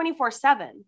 24-7